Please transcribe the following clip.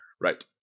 Right